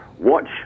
Watch